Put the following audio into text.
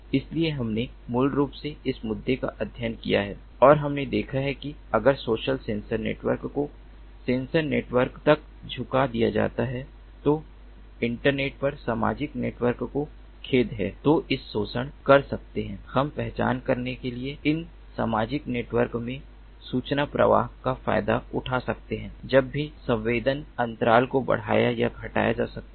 इसलिए हमने मूल रूप से इस मुद्दे का अध्ययन किया है और हमने देखा है कि अगर सोशल सेंसर नेटवर्क को सेंसर नेटवर्क तक झुका दिया जाता है तो इंटरनेट पर सामाजिक नेटवर्क को खेद है तो हम शोषण कर सकते हैं हम पहचान करने के लिए इन सामाजिक नेटवर्क में सूचना प्रवाह का फायदा उठा सकते हैं जब भी संवेदन अंतराल को बढ़ाया या घटाया जा सकता है